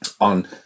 on